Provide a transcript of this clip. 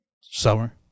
Summer